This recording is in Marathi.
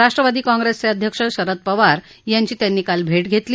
राष्ट्रवादी काँग्रेसचे अध्यक्ष शरद पवार यांची त्यांनी काल भेट घेतली